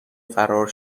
فرار